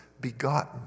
begotten